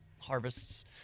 Harvests